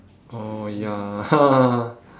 oh ya